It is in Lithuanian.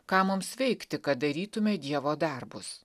ką mums veikti kad darytume dievo darbus